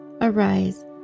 Arise